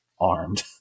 armed